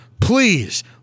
please